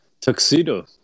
tuxedo